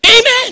amen